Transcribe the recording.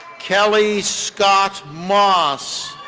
kelly scott moss,